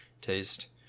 taste